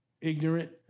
ignorant